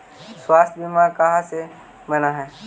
स्वास्थ्य बीमा कहा से बना है?